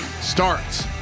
starts